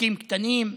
עסקים קטנים,